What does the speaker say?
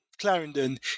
Clarendon